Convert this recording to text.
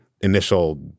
initial